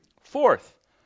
Fourth